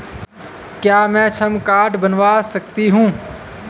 क्या मैं श्रम कार्ड बनवा सकती हूँ?